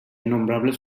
innombrables